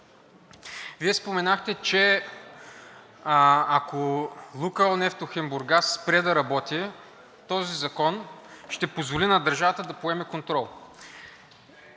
Вие споменахте, че ако „Лукойл Нефтохим Бургас“ спре да работи, този закон ще позволи на държавата да поеме контрол,